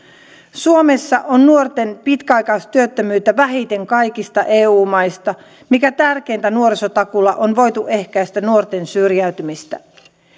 suomessa on nuorten pitkäaikaistyöttömyyttä vähiten kaikista eu maista mikä tärkeintä nuorisotakuulla on voitu ehkäistä nuorten syrjäytymistä